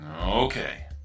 Okay